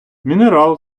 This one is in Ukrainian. мінерал